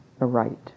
aright